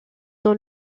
dans